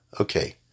Okay